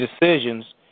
decisions